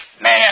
man